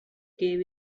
cave